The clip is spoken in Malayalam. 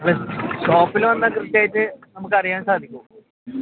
ഷോപ്പിൽ വന്നാൽ കൃത്യമായിട്ട് നമുക്ക് അറിയാൻ സാധിക്കുമോ